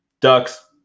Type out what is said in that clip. Ducks